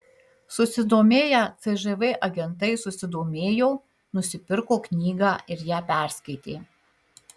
susidomėję cžv agentai susidomėjo nusipirko knygą ir ją perskaitė